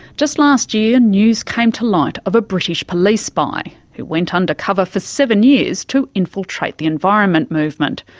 just last year, news came to light of a british police spy who went undercover for seven years to infiltrate the environment movement.